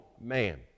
man